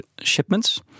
shipments